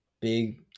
big